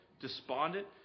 despondent